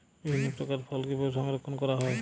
বিভিন্ন প্রকার ফল কিভাবে সংরক্ষণ করা হয়?